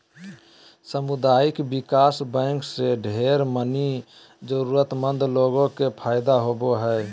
सामुदायिक विकास बैंक से ढेर मनी जरूरतमन्द लोग के फायदा होवो हय